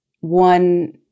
one